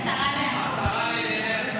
השרה לענייני הליכוד.